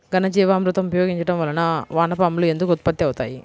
ఘనజీవామృతం ఉపయోగించటం వలన వాన పాములు ఎందుకు ఉత్పత్తి అవుతాయి?